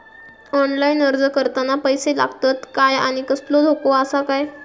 Online अर्ज करताना पैशे लागतत काय आनी कसलो धोको आसा काय?